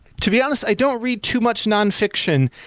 to be honest, i don't read too much nonfiction,